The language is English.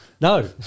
No